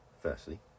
Firstly